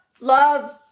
love